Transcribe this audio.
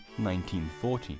1940